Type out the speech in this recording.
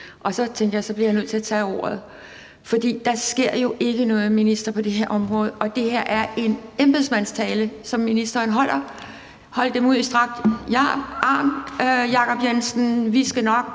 Og så tænkte jeg, at jeg bliver nødt til at tage ordet. For der sker jo ikke noget, minister, på det her område, og det her er en embedsmandstale, som ministeren holder: Hold dem ud i strakt arm, Jacob Jensen, vi skal nok